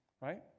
right